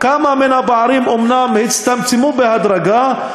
"כמה מן הפערים אומנם הצטמצמו בהדרגה,